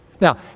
Now